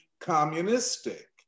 communistic